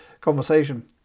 conversation